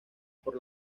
por